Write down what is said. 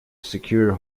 secure